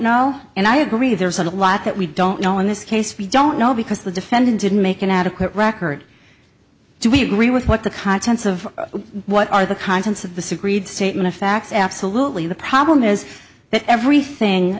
know and i agree there's a lot that we don't know in this case we don't know because the defendant didn't make an adequate record do we agree with what the contents of what are the contents of the statement of facts absolutely the problem is that that everything